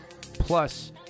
plus